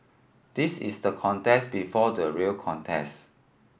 this is the contest before the real contest